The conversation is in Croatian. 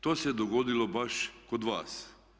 To se dogodilo baš kod vas.